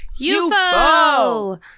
UFO